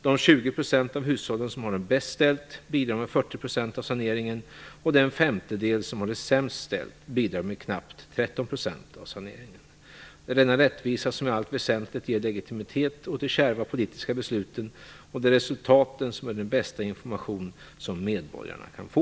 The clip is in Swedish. De 20 % av hushållen som har det bäst ställt bidrar med 40 % av saneringen, och den femtedel som har det sämst ställt bidrar med knappt 13 % av saneringen. Det är denna rättvisa som i allt väsentligt ger legitimitet åt de kärva politiska besluten, och det är resultaten som är den bästa informationen som medborgarna kan få.